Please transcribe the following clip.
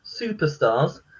superstars